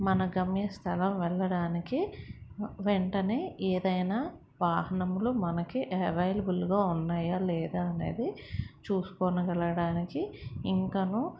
మన గమ్య స్థలం వెళ్ళడానికి వెంటనే ఏదైనా వాహనములు మనకి అవైలబుల్గా ఉన్నాయా లేదా అనేది చూసుకోనగలడానికి ఇంకను